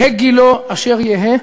יהא גילו אשר יהא,